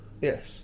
Yes